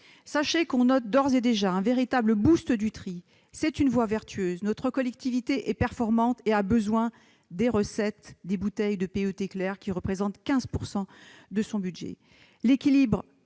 Sachez qu'on enregistre d'ores et déjà un véritable boost du tri. C'est une voie vertueuse. Notre collectivité est performante et a besoin des recettes des bouteilles en PET clair, qui représentent 15 % de son budget.